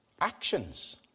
actions